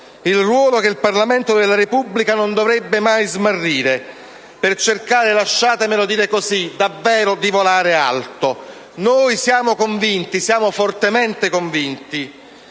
il ruolo che il Parlamento della Repubblica non dovrebbe mai smarrire, per cercare (lasciatemelo dire così) davvero di volare alto. Noi siamo fortemente convinti